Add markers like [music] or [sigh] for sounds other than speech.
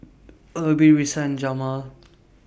[noise] Erby Risa and Jameel